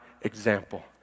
example